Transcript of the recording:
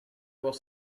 was